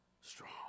strong